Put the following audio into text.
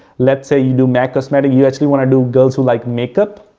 let's say you do macros meta, you actually want to do girls who like makeup.